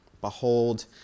Behold